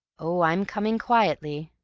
oh, i'm coming quietly,